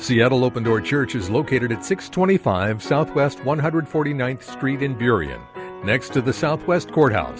seattle open door church is located at six twenty five south west one hundred forty ninth street in period next to the southwest courthouse